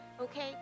Okay